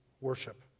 worship